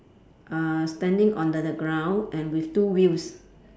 uh standing on the the ground and with two wheels